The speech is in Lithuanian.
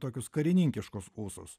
tokius karininkiškus ūsus